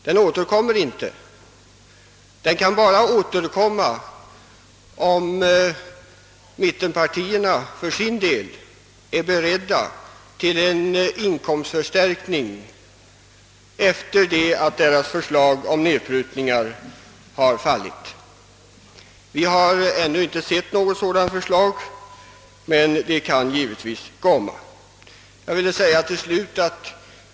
Den återkommer inte, om inte mittenpartierna är beredda till en inkomstförstärkning efter det att deras förslag om nedprutningar har fallit. Vi har ännu inte sett något sådant initiativ, men det kan givetvis komma.